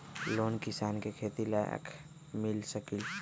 Loan किसान के खेती लाख मिल सकील?